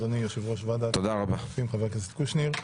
אדוני יושב-ראש ועדת הכספים חבר הכנסת קושניר.